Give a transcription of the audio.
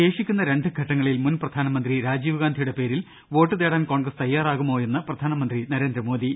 ശേഷിക്കുന്ന രണ്ട് ഘട്ടങ്ങളിൽ മുൻ പ്രധാനമന്ത്രി രാജീവ് ഗാന്ധിയുടെ പേരിൽ വോട്ട് തേടാൻ കോൺഗ്രസ് തയാറാകുമോ എന്ന് പ്രധാനമന്ത്രി നരേന്ദ്രമോദി